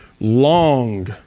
long